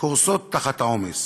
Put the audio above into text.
קורסות תחת העומס.